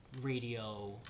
radio